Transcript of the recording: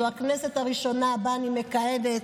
זו הכנסת הראשונה שבה אני מכהנת,